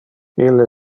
ille